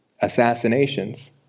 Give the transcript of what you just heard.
assassinations